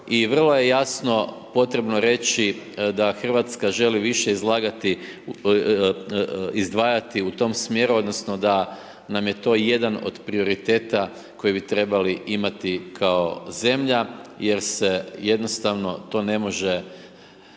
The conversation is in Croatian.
i vrlo je jasno potrebno reći da RH želi više izdvajati u tom smjeru odnosno da nam je to jedan od prioriteta koji bi trebali imati kao zemlja jer se jednostavno to ne može